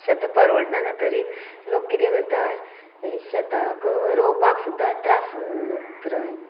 शेतां परवडना जातरीत लोक किदें करता शेतांक रोवपाक सुद्दां त्रास त्र